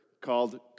called